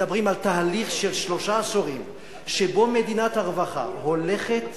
מדברים על תהליך של שלושה עשורים שבהם מדינת הרווחה הולכת ונעלמת.